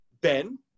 ben